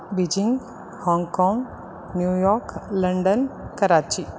Beijing Hong Kong New York London Karachi